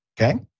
okay